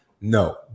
No